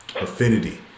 affinity